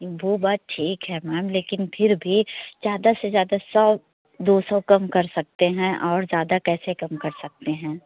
बो बात ठीक है मैम लेकिन फिर भी ज़्यादा से ज़्यादा सौ दो सौ कम कर सकते हैं और ज़्यादा कैसे कम कर सकते हैं